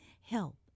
help